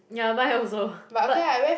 yeah mine also but